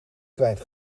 kwijt